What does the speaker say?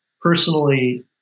personally